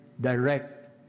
direct